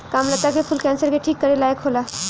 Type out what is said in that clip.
कामलता के फूल कैंसर के ठीक करे लायक होला